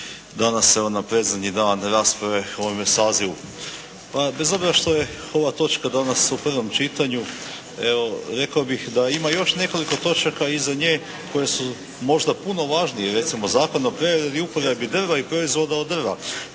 danas evo na predzadnji dan rasprave u ovome sazivu. Moram priznati …/Govornik se ne razumije./… ova točka danas u prvom čitanju, evo rekao bih da ima još nekoliko točaka iza nje koje su možda puno važnije. Recimo Zakon o preradi i uporabi drva i proizvoda od drva